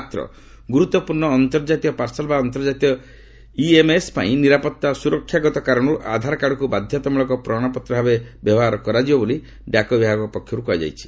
ମାତ୍ର ଗୁରୁତ୍ୱପୂର୍ଣ୍ଣ ଅନ୍ତର୍ଜାତୀୟ ପାର୍ସଲ୍ ବା ଅନ୍ତର୍ଜାତୀୟ ଇଏମ୍ଏସ୍ ପାଇଁ ନିରାପଭା ଓ ସୁରକ୍ଷାଗତ କାରଣରୁ ଆଧାର କାର୍ଡକୁ ବାଧ୍ୟତାମୂଳକ ପ୍ରମାଶପତ୍ର ଭାବେ ବ୍ୟବହାର କରାଯିବ ବୋଲି ଡାକ ବିଭାଗ ପକ୍ଷରୁ କୁହାଯାଇଛି